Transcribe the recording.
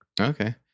okay